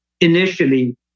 initially